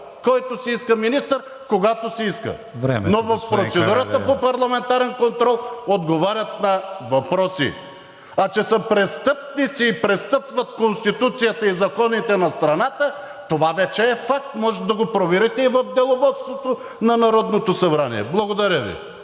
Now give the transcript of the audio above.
господин Карадайъ! МУСТАФА КАРАДАЙЪ: Но в процедурата по парламентарен контрол отговарят на въпроси. А че са престъпници и престъпват Конституцията и законите на страната, това вече е факт – може да го проверите и в Деловодството на Народното събрание. Благодаря Ви.